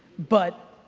but,